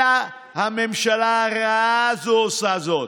אלא הממשלה הרעה הזאת עושה זאת.